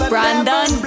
Brandon